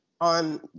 on